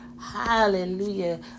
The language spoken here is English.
hallelujah